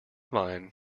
mind